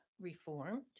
reformed